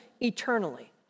eternally